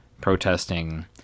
protesting